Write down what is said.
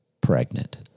pregnant